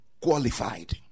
qualified